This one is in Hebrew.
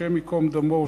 השם ייקום דמו,